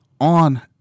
on